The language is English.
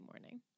morning